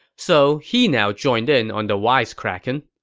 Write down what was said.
so he now joined in on the wisecracking.